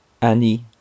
Annie